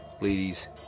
ladies